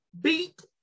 Beat